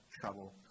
trouble